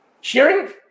Sharing